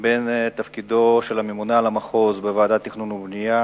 בין תפקידו של הממונה על המחוז בוועדת התכנון והבנייה